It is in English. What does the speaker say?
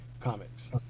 comics